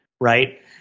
right